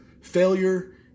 failure